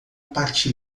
parte